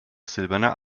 silberner